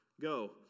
Go